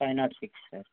five not six sir